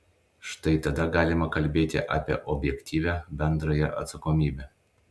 štai tada galima kalbėti apie objektyvią bendrąją atsakomybę